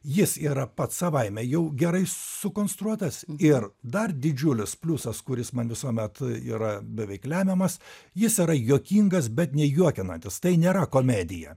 jis yra pats savaime jau gerai sukonstruotas ir dar didžiulis pliusas kuris man visuomet yra beveik lemiamas jis yra juokingas bet nejuokinantis tai nėra komedija